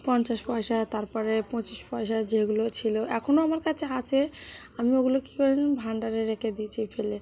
পঞ্চাশ পয়সা তার পরে পঁচিশ পয়সা যেগুলো ছিল এখনও আমার কাছে আছে আমি ওগুলো কী করি জানো ভাণ্ডারে রেখে দিয়েছি ফেলে